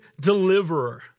deliverer